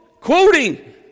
quoting